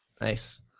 Nice